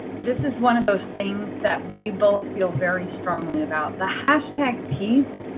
this is one of those things that we both feel very strongly about. the hashtag piece